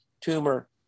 tumor